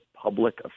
public